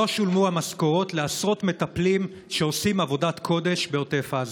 שולמו המשכורות לעשרות מטפלים שעושים עבודת קודש בעוטף עזה?